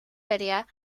lydia